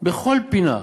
בכל פינה,